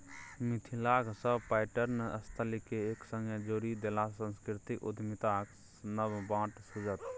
मिथिलाक सभ पर्यटन स्थलकेँ एक संगे जोड़ि देलासँ सांस्कृतिक उद्यमिताक नब बाट खुजत